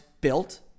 built